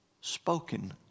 spoken